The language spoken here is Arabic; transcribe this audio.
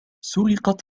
سُرقت